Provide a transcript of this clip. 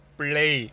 play